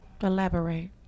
Elaborate